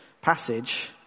passage